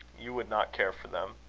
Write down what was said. you would not care for them.